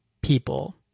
people